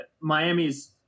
Miami's